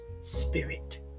spirit